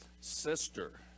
sister